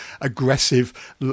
aggressive